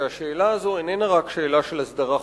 שהשאלה הזאת איננה רק של הסדרה חוקית.